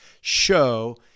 show